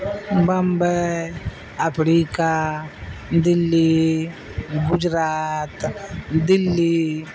ممبئی افریقہ دہلی گجرات دہلی